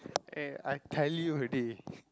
eh I tell you already